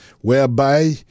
whereby